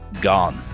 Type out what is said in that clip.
gone